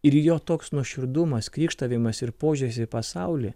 ir jo toks nuoširdumas krykštavimas ir požiūris į pasaulį